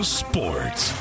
sports